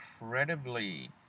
incredibly